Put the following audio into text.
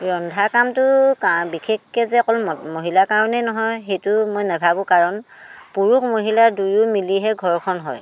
ৰন্ধা কামটো বিশেষকৈ যে অকল মহিলাৰ কাৰণে নহয় সেইটো মই নেভাবোঁ কাৰণ পুৰুষ মহিলা দুয়ো মিলিহে ঘৰখন হয়